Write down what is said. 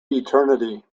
eternity